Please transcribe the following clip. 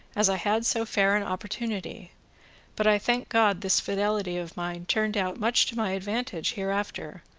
as i had so fair an opportunity but, i thank god, this fidelity of mine turned out much to my advantage hereafter,